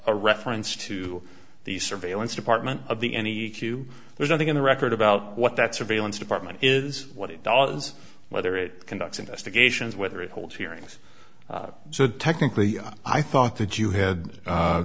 a reference to the surveillance department of the any q there's nothing in the record about what that surveillance department is what it does whether it conducts investigations whether it holds hearings so technically i thought that you had